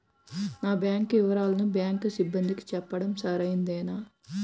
నా బ్యాంకు వివరాలను బ్యాంకు సిబ్బందికి చెప్పడం సరైందేనా?